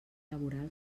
laboral